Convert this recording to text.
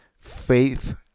faith